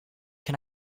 can